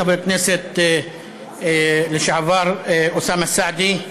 חבר הכנסת לשעבר אוסאמה סעדי,